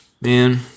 Man